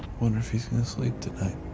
wonder if he's gonna sleep tonight.